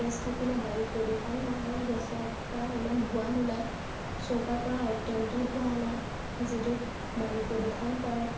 gas থাকিলে বায়ু প্ৰদূষণ নহয় গেছৰ পৰা ইমান ধোঁৱা নোলায় চৌকাৰ পৰা অত্যন্ত ধোঁৱা ওলায় যিটো বায়ু প্ৰদূষণ কৰে